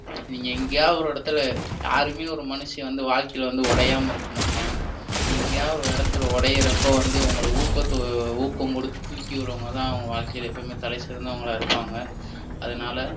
இவங்க எங்கேயாவுது ஒரு இடத்துல யாருமே ஒரு மனுஷன் வந்து வாழ்க்கையில் வந்து உடையாம இருக்க மாட்டியான் எங்கேயாவுது ஒரு இடத்துல உடையிறப்போ வந்து உங்களை ஊக்கத்த ஊக்கம் கொடுத்து தூக்கி விட்றவுங்கள தான் உங்கள் வாழ்க்கையில் எப்பவுமே தலை சிறந்தவங்களா இருப்பாங்க அதனால